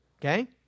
Okay